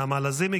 נעמה לזימי,